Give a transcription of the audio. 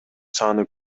саны